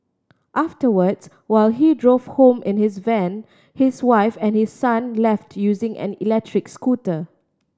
afterwards while he drove home in his van his wife and his son left using an electric scooter